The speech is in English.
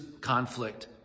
conflict